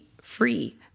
free